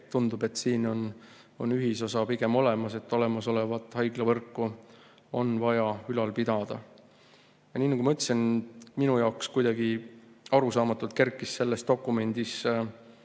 tundub, et siin on ühisosa pigem olemas, et olemasolevat haiglavõrku on vaja ülal pidada. Nii nagu ma ütlesin, minu jaoks kuidagi arusaamatult kerkis selles dokumendis